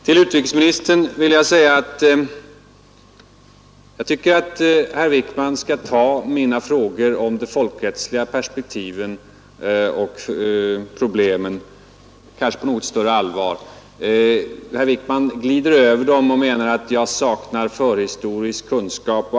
Till utrikesministern vill jag säga att herr Wickman borde ta mina frågor om de folkrättsliga perspektiven och problemen med något större allvar. Herr Wickman glider över dem och menar att jag saknar historisk kunskap.